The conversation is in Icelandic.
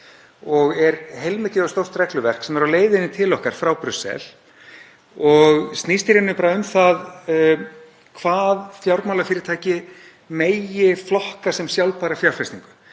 og er heilmikið og stórt regluverk sem er á leiðinni til okkar frá Brussel og snýst í rauninni bara um það hvað fjármálafyrirtæki megi flokka sem sjálfbæra fjárfestingu